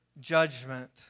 judgment